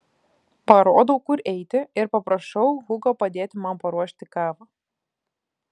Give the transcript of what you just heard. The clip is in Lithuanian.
parodau kur eiti ir paprašau hugo padėti man paruošti kavą